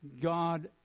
God